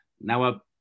Now